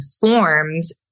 forms